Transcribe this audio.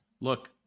look